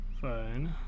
fine